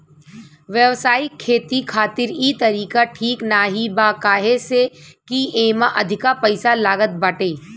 व्यावसायिक खेती खातिर इ तरीका ठीक नाही बा काहे से की एमे अधिका पईसा लागत बाटे